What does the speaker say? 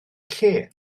lle